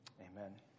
Amen